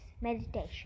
meditation